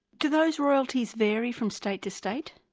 do those royalties vary from state to state?